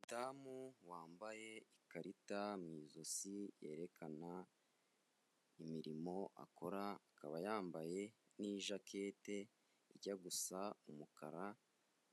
Umudamu wambaye ikarita mu izosi yerekana imirimo akora, akaba yambaye n'ijakete ijya gusa umukara